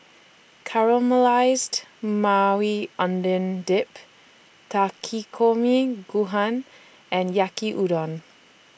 Caramelized Maui Onion Dip Takikomi Gohan and Yaki Udon